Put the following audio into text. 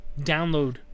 download